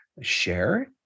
share